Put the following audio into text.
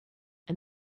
and